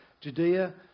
Judea